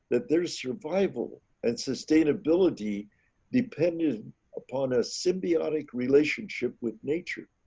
that there's revival and sustainability dependent upon a symbiotic relationship with nature.